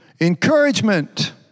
Encouragement